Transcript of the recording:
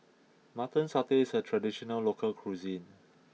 mutton satay is a traditional local cuisine